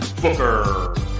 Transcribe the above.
Booker